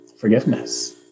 forgiveness